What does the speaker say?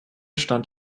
stand